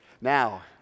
Now